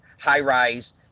high-rise